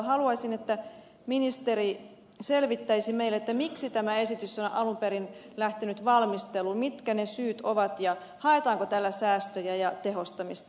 haluaisin että ministeri selvittäisi meille miksi tämä esitys on alun perin lähtenyt valmisteluun mitkä ne syyt ovat ja haetaanko tällä säästöjä ja tehostamista